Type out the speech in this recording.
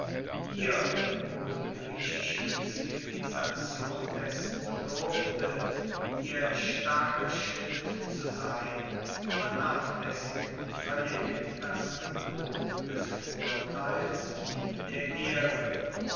hier wo die griechische zivilisation dessen bedurfte ihr starker schild zu sein vernachlässigten völlig das gebot des vorteils wie der ehre